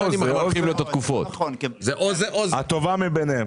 הטובה מביניהן.